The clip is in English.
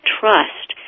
trust